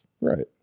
Right